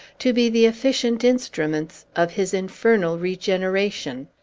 to be the efficient instruments of his infernal regeneration!